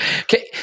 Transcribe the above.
Okay